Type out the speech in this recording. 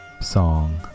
song